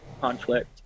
conflict